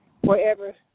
wherever